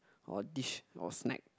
or dish or snack